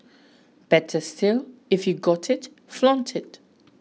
better still if you've got it flaunt it